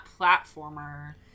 platformer